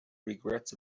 regrets